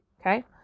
Okay